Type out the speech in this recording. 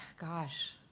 gosh.